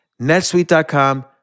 netsuite.com